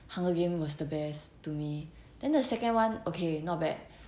hunger games was the best to me then the second one okay not bad